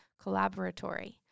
Collaboratory